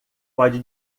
pode